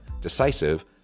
decisive